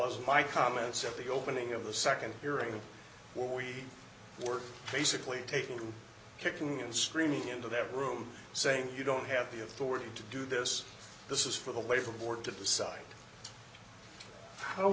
as my comments at the opening of the nd hearing where we were basically taken kicking and screaming into that room saying you don't have the authority to do this this is for the labor board to decide how